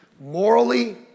Morally